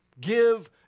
give